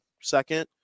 second